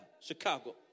Chicago